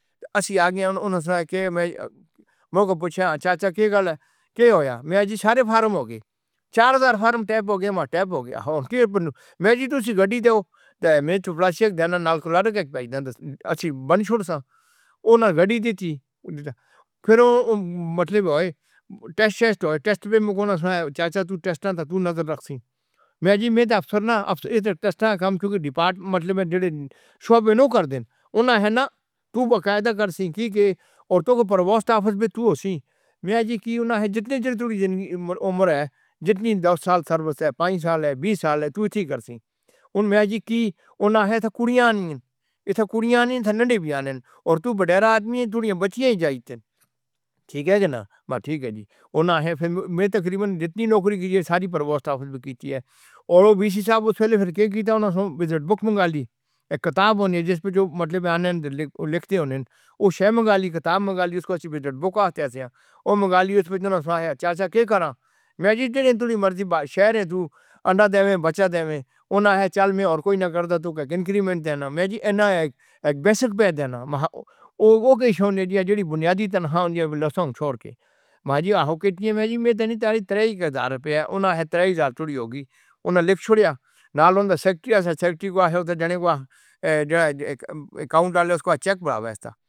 تو اسی آگے اُنہیں کہے میں موکو پُچھے چاچا کی گَل کیا ہویا، میں جی سارے فارم ہو گئے۔ چار ہزار فارم ٹائپ ہو گئے۔ ماں ٹائپ ہویا۔ ہو گیا۔ میں تو اُسی گاڑی دو وچ۔ چیک دینا نہ۔ لڑکی بیٹھی بانسُر سا۔ اُنہیں گاڑی دے دی۔ پھر اُن مطلب۔ ٹیسٹ ٹیسٹ پر ٹیسٹ چاچا ٹیسٹ تو نظر رکھیگی۔ میں جی میں تو افسر نہ۔ افسر دا کم کیونکہ ڈیپارٹمنٹ مطلب میں جیہنوں شو وی نہیں کر دینا۔ اُنہیں نہ تو باقاعدہ کریگی کہ عورتاں دے پرواس تافَت وی۔ تو ہوسی میں جی کی۔ اُنہیں جتنی عمر ہے، جتنی دس سال توں پنجی سال ہے، وی سال ہے۔ تو ہی کرینگے کہ اُنہیں جی کی۔ اُنہیں کُڑیاں نہیں، کُڑیاں نہیں۔ اور تو وی آدمی ہے۔ تجھے بچیاں چاہیدا سی۔ ٹھیک ہے جانا۔ ٹھیک ہے جی۔ اُنہیں تقریباً جتنی نوکری دی ساری پرابھاشالی دی سی تے وی سی صاحب دی سی تے ہور صاحب کو پہلے۔ پھر دی کتاب ہونے جس پر جو مطلب لکھدے ہونے اوہی منگالی، کتاب منگالی اُسدا بک آفس دے نال منگالی۔ اُس تے صاحب دے گھر وچ جی جتنی مرضی شہر ہے، تو دیوین بچا دیوین۔ اُنہیں چلنے تے کوئی نہ کر دے تاں انکریمنٹ دینا جی اک بیشک دینا ہوگا۔ یا جو وی بنیادی تنخواہ ہوندی ہے چھوڑ کے بازی آؤ۔ میں جی میں تو نہیں تیری تیرائی دا روپیہ اُنہیں تیرائی دوری ہوگی۔ اُنہیں لکھو نہ لوںدا۔ سیکریٹری سیکریٹری کو۔ جانے دا اکاؤنٹ والے کو چیک بنا ویسا۔